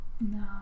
No